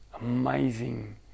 amazing